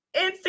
instagram